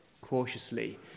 cautiously